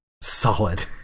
Solid